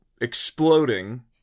exploding